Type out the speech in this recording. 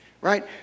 right